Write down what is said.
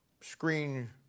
screen